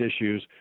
issues